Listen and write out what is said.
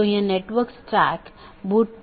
दूसरे अर्थ में यह ट्रैफिक AS पर एक लोड है